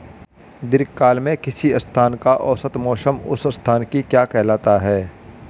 दीर्घकाल में किसी स्थान का औसत मौसम उस स्थान की क्या कहलाता है?